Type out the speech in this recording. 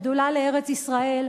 השדולה לארץ-ישראל,